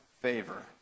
favor